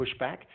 pushback